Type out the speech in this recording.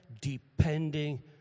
depending